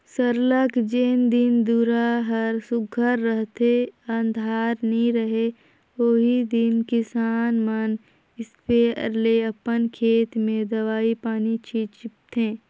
सरलग जेन दिन दुरा हर सुग्घर रहथे अंधार नी रहें ओही दिन किसान मन इस्पेयर ले अपन खेत में दवई पानी छींचथें